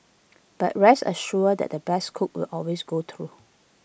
but rest assured the best cook will always go through